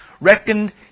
Reckoned